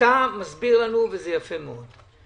אתה מסביר לנו, וזה יפה מאוד.